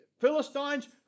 Philistines